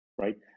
right